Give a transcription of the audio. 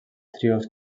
trios